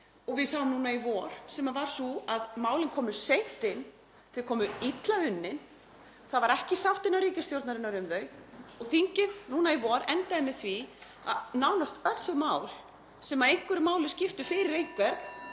og við sáum núna í vor sem var sú að málin komu seint inn, þau komu illa unnin. Það var ekki sátt innan ríkisstjórnarinnar um þau og þingið núna í vor endaði með því að nánast öllum þeim málum sem einhverju máli skiptu fyrir einhvern